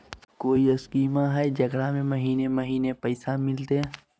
कोइ स्कीमा हय, जेकरा में महीने महीने पैसा मिलते?